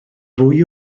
fwy